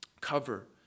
cover